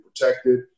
protected